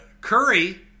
Curry